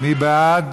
מי בעד?